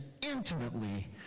intimately